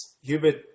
Hubert